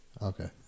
Okay